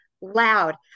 loud